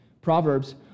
Proverbs